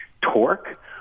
torque